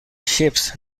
ships